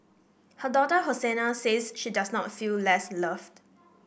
her daughter Hosanna says she does not feel less loved